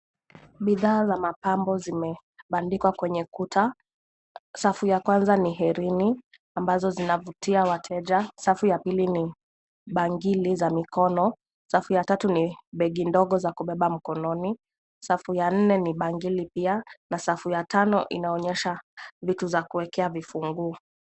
Bidhaa za mapambo zimebandikwa kwenye kuta. Safu ya kwanza ni herini ambazo zinavutia wateja, safu ya pili ni bangili za mikono, safu ya tatu ni begi ndogo za kubeba mkononi, safu ya nne ni bangili pia na safu ya tano inaonyesha vitu za kuekea vifunguu.